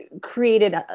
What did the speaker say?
created